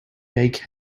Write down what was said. make